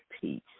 peace